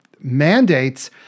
mandates